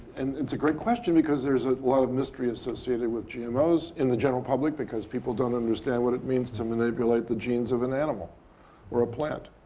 and it's a great question because there is a lot of mystery associated with gmos in the general public because people don't understand what it means to manipulate the genes of an animal or a plant.